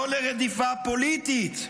לא לרדיפה פוליטית,